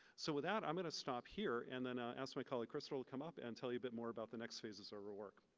so with that, i'm gonna stop here and then ask my colleague crystal to come up and tell you a bit more about the next phase so of our work.